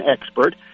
expert